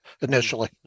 initially